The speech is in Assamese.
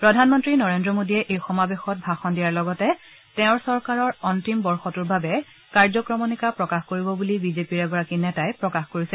প্ৰধানমন্ত্ৰী নৰেন্দ্ৰ মোডীয়ে এই সমাৱেশত ভাষণ দিয়াৰ লগতে তেওঁৰ চৰকাৰৰ অন্তিম বৰ্ষটোৰ বাবে কাৰ্যক্ৰমণিকা প্ৰকাশ কৰিব বুলি বিজেপিৰ এগৰাকী নেতাই প্ৰকাশ কৰিছে